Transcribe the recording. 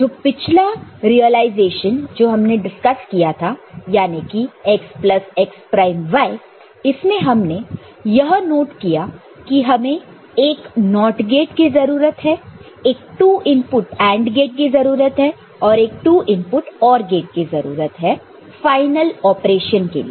जो पिछला रिलाइजेशन जो हमने डिस्कस किया था याने की x plus x prime y इसमें हमने यह नोट किया कि हमें एक NOT गेट की जरूरत है एक 2 इनपुट AND गेट की जरूरत है और एक 2 इनपुट OR गेट की जरूरत है फाइनल ऑपरेशन के लिए